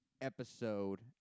episode